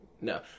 No